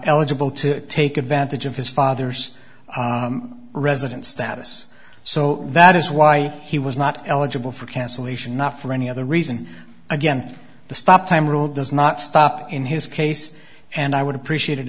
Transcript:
eligible to take advantage of his father's residence status so that is why he was not eligible for cancellation not for any other reason again the stop time rule does not stop in his case and i would appreciate it